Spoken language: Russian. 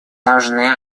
должны